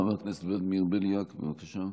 חבר הכנסת ולדימיר בליאק, בבקשה.